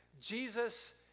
Jesus